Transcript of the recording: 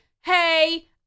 hey